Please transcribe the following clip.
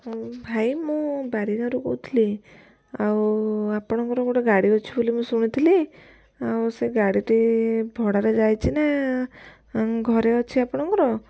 ମୁଁ ଭାଇ ମୁଁ ବାରିଗରୁ କହୁଥିଲି ଆଉ ଆପଣଙ୍କର ଗୋଟେ ଗାଡ଼ି ଅଛି ବୋଲି ଶୁଣିଥିଲି ଆଉ ସେ ଗାଡ଼ିଟି ଭଡ଼ାରେ ଯାଇଛି ନା ଘରେ ଅଛି ଆପଣଙ୍କର